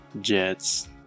Jets